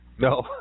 No